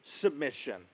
submission